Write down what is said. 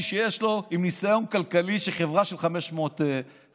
ועם ניסיון כלכלי של חברה של 500 מיליון?